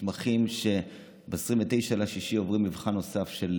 מתמחים שב-29 ביוני עוברים את מבחן הסף של